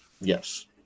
yes